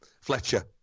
Fletcher